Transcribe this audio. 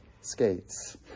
skates